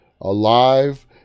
alive